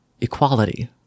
equality